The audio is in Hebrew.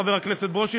חבר הכנסת ברושי,